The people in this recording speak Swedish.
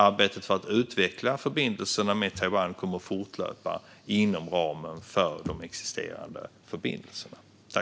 Arbetet för att utveckla förbindelserna med Taiwan kommer att fortlöpa inom ramen för de existerande förbindelserna.